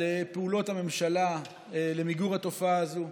על פעולות הממשלה, למיגור התופעה הזאת.